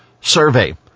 Survey